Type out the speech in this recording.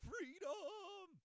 Freedom